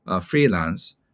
freelance